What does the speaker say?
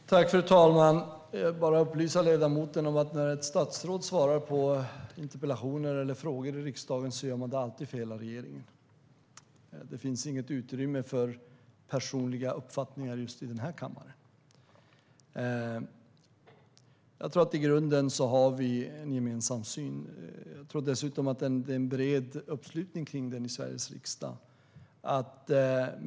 Fru talman! Jag vill bara upplysa ledamoten om att när statsråd svarar på interpellationer eller frågor i riksdagen gör de det alltid för hela regeringen. Det finns inget utrymme för personliga uppfattningar i den här kammaren. I grunden har vi nog en gemensam syn. Jag tror dessutom att det är en bred uppslutning kring den i Sveriges riksdag.